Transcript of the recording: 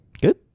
Good